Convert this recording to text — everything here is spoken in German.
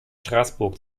straßburg